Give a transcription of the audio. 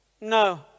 No